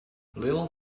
little